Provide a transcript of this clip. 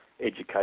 education